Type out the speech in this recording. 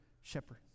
shepherd